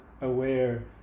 aware